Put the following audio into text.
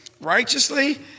righteously